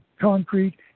concrete